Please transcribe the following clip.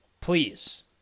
Please